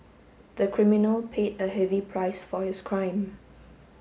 the criminal paid a heavy price for his crime